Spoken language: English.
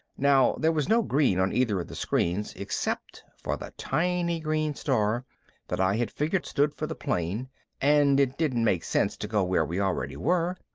now there was no green on either of the screens except for the tiny green star that i had figured stood for the plane and it didn't make sense to go where we already were.